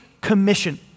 Commission